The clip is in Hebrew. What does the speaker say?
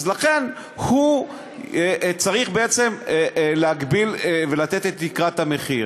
אז לכן הוא צריך בעצם להגביל ולתת את תקרת המחיר.